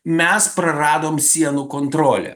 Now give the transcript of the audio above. mes praradom sienų kontrolę